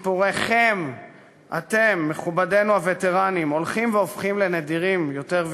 סיפוריכם אתם, מכובדינו הווטרנים,